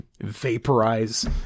vaporize